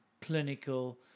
Clinical